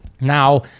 Now